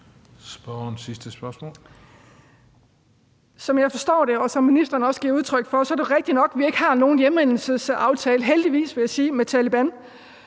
Som jeg forstår det, og som ministeren også giver udtryk for, er det rigtigt nok, at vi ikke har nogen hjemsendelsesaftale – heldigvis,